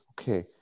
Okay